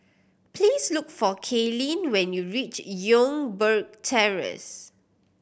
please look for Kalyn when you reach Youngberg Terrace